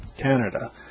Canada